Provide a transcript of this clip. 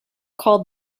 called